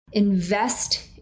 Invest